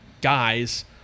guys